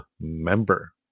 member